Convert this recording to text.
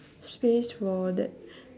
space for that